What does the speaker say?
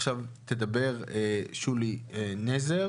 עכשיו תדבר שולי נזר